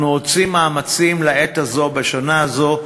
אנחנו עושים מאמצים לעת הזו, בשנה הזו,